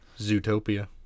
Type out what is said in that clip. Zootopia